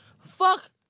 fuck